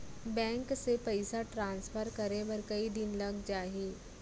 Bank से पइसा transfer करे बर कई दिन लग जाही?